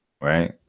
Right